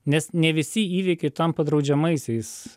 nes ne visi įvykiai tampa draudžiamaisiais